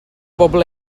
bobol